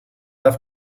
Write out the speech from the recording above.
darf